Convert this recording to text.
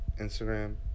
Instagram